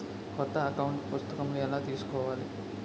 కొత్త అకౌంట్ పుస్తకము ఎలా తీసుకోవాలి?